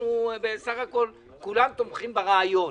אנחנו בסך הכול כולם תומכים ברעיון,